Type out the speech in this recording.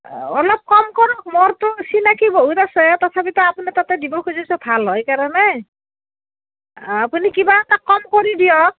অলপ কম কৰক মোৰতো চিনাকি বহুত আছে তথাপিতো আপোনাৰ তাতে দিব খুজিছোঁ ভাল হয় কাৰণে আপুনি কিবা এটা কম কৰি দিয়ক